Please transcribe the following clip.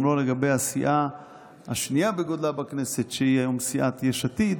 גם לא לגבי הסיעה השנייה בגודלה בכנסת שהיא היום סיעת יש עתיד.